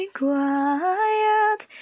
quiet